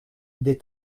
des